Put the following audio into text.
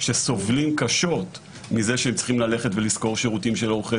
שסובלים קשות מזה שהם צריכים ללכת ולשכור שירותים של עורכי